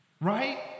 Right